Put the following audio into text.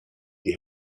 die